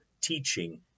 teaching